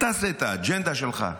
עשה את האג'נדה שלך,